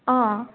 অ' অ'